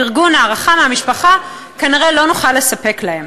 פרגון והערכה מהמשפחה כנראה לא נוכל לספק להם,